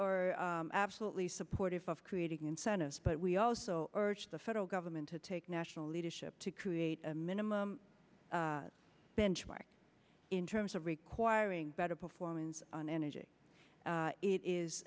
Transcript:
are absolutely supportive of creating incentives but we also urge the federal government to take national leadership to create a minimum benchmark in terms of requiring better performance on energy it is